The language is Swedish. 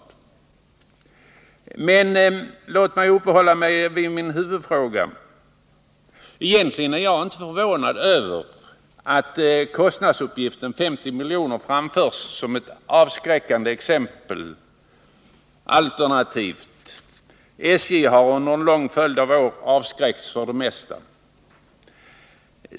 Låt mig emellertid uppehålla mig vid min huvudfråga. Egentligen är jag inte förvånad över att kostnadsuppgiften 50 milj.kr. framförs såsom ett avskräckande alternativ. SJ har under en lång följd av år avskräckts från det mesta.